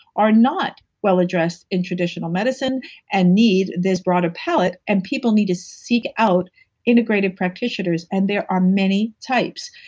are not well addressed in traditional medicine and need this broader palate and people need to seek out integrative practitioners and there are many types.